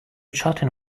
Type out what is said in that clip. chatting